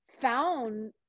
found